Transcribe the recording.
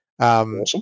Awesome